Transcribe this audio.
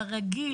ברגיל,